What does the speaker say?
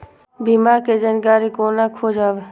बीमा के जानकारी कोना खोजब?